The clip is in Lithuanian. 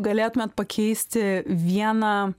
galėtumėte pakeisti vieną